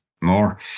more